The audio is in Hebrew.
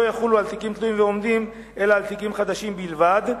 יחולו על תיקים תלויים ועומדים אלא על תיקים חדשים בלבד,